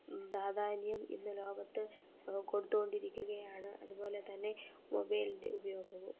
പ്രാധാന്യം ഇന്ന് ലോകത്ത് കൊടുത്ത് കൊണ്ടിരിക്കുകയാണ് അതുപോലെ തന്നെ മൊബെയിൽൻ്റെ ഉപയോഗവും